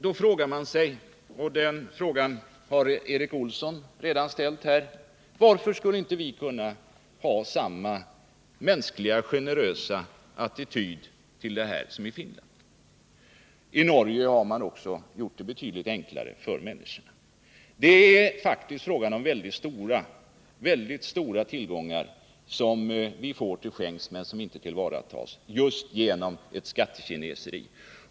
Då frågar man sig, liksom Erik Olsson gjorde tidigare: Varför skulle inte vi kunna ha samma mänskliga och generösa attityd till detta som man har i Finland? Också i Norge har man gjort det betydligt enklare för bärplockarna genom viss skattebefrielse. Det är faktiskt fråga om väldigt stora tillgångar av bär och svamp som vi kan få till skänks men som inte tillvaratas just på grund av ett skattekineseri.